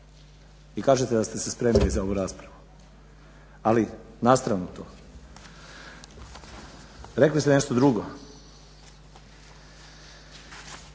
I kažete da ste se spremili za ovu raspravu. Ali na stranu to. Rekli ste nešto drugo.